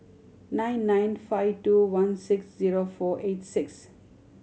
nine nine five two one six zero four eight six